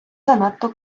занадто